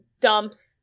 dumps